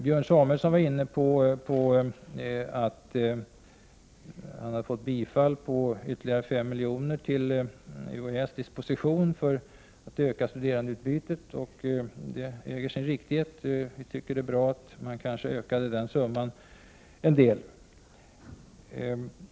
Björn Samuelson talade om att han hade fått bifall till ytterligare fem miljoner till UHÄ:s disposition för att öka studentutbytet. Det äger sin riktighet. Vi tycker att det är bra att man utökade den summan.